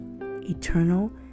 Eternal